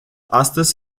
astăzi